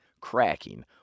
cracking